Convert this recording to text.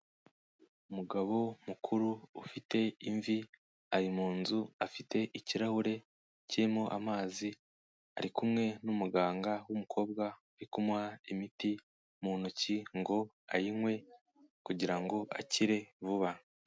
Umugabo mukuru ufite imvi, ari mu nzu afite ikirahure kirimo amazi arikumwe n'umuganga w'umukobwa uri kumuha imiti mu ntoki ngo ayinywe kugira ngo akire vuba.